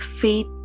faith